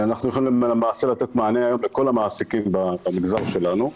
אנחנו יכולים למעשה לתת היום לכל המעסיקים במגזר שלנו.